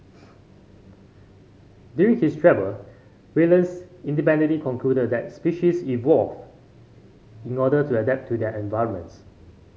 during his travel Wallace independently concluded that species evolve in order to adapt to their environments